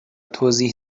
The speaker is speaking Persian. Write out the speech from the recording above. توضیح